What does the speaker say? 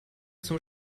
zum